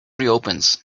reopens